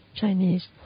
Chinese